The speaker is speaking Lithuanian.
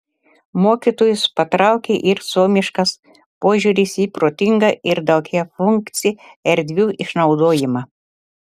mokytojus patraukė ir suomiškas požiūris į protingą ir daugiafunkcį erdvių išnaudojimą